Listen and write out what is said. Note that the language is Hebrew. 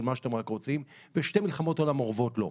של מה שאתם רק רוצים ושתי מלחמות עולם אורבות לו,